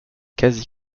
quasi